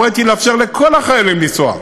הוריתי לאפשר לכל החיילים לנסוע.